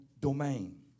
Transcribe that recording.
domain